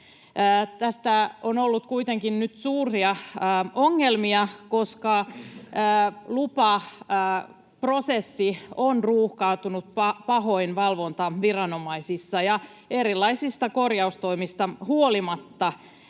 Tästä on ollut kuitenkin nyt suuria ongelmia, koska lupaprosessi on ruuhkautunut pahoin valvontaviranomaisissa. Erilaisista korjaustoimista huolimatta